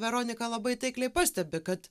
veronika labai taikliai pastebi kad